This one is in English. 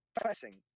pressing